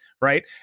right